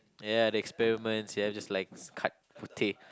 ya the experiment ya just likes cut pota~